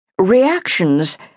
Reactions